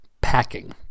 packing